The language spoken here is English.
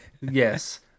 Yes